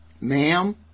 ma'am